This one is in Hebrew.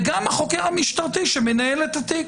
וגם החוקר המשטרתי שמנהל את התיק?